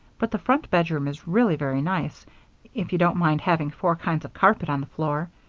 but the front bedroom is really very nice if you don't mind having four kinds of carpet on the floor.